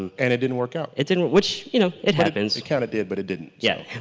and and it didn't work out. it didn't which you know it happens. it kind of did, but it didn't. yeah,